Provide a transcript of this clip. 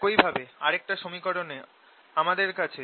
একই ভাবে আরেকটা সমীকরণে আমাদের কাছে